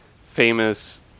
famous